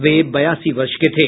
वे बयासी वर्ष के थे